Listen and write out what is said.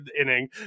inning